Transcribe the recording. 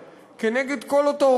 כנגד כל אותן פעילויות,